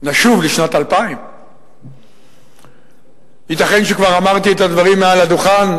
נשוב לשנת 2000. ייתכן שכבר אמרתי את הדברים מעל הדוכן,